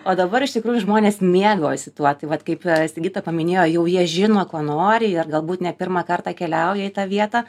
o dabar iš tikrųjų žmonės mėgaujasi tuo tai vat kaip sigita paminėjo jau jie žino ko nori ir galbūt ne pirmą kartą keliauja į tą vietą